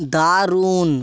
দারুণ